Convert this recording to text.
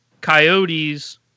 coyotes